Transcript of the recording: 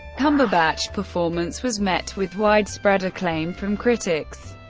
cumberbatch's performance was met with widespread acclaim from critics.